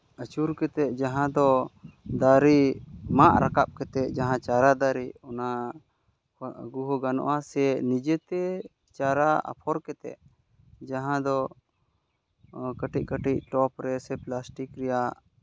ᱟᱹᱪᱩᱨ ᱠᱟᱛᱮᱫ ᱡᱟᱦᱟᱸ ᱫᱚ ᱫᱟᱨᱮ ᱢᱟᱜ ᱨᱟᱠᱟᱵ ᱠᱟᱛᱮᱫ ᱡᱟᱦᱟᱸ ᱪᱟᱨᱟ ᱫᱟᱨᱮ ᱚᱱᱟ ᱟᱹᱜᱩ ᱦᱚᱸ ᱜᱟᱱᱚᱜᱼᱟ ᱥᱮ ᱱᱤᱡᱮ ᱛᱮ ᱪᱟᱨᱟ ᱟᱯᱷᱚᱨ ᱠᱟᱛᱮᱫ ᱡᱟᱦᱟᱸ ᱫᱚ ᱠᱟᱹᱴᱤᱡ ᱠᱟᱹᱴᱤᱡ ᱴᱚᱯ ᱨᱮ ᱥᱮ ᱯᱞᱟᱥᱴᱤᱠ ᱨᱮᱭᱟᱜ